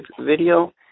video